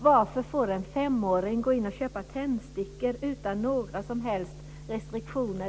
Varför får en femåring köpa tändstickor i en butik utan några som helst restriktioner?